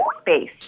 space